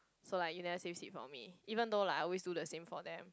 so like you never save seat for me even though I always do the same for them